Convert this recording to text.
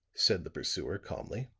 said the pursuer calmly.